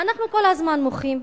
אנחנו כל הזמן מוחים,